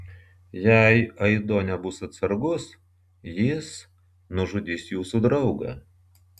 jei aido nebus atsargus jis nužudys jūsų draugą